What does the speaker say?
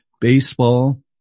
Baseball